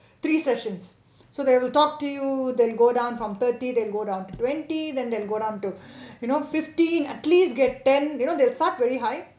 three sessions so they will talk to you they will go down from thirty then go down to twenty then they go down to you know fifteen at least get ten you know they start very high